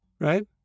right